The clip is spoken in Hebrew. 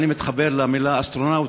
אני מתחבר למילה "אסטרונאוט",